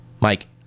Mike